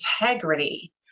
integrity